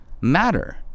matter